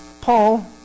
Paul